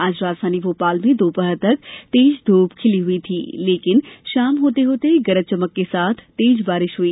आज राजधानी भोपाल में दोपहर तक तेज धूप खिली हुई थी लेकिन शाम होते होते गरज चमक और हवा के साथ तेज बारिश हुई